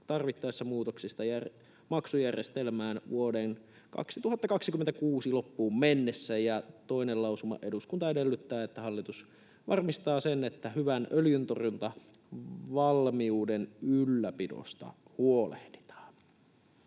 tarvittaessa muutosta maksujärjestelmään vuoden 2026 loppuun mennessä.” Toinen lausuma: ”Eduskunta edellyttää, että hallitus varmistaa sen, että hyvän öljyntorjuntavalmiuden ylläpidosta huolehditaan.”